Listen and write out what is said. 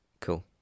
Cool